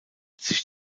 sich